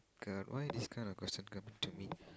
god why this kind of question coming to me